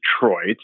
Detroit